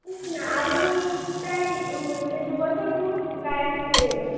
হুম আপনি প্রায় এই দু বছর পুরো গ্যারান্টি পেয়ে যাবেন